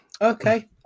Okay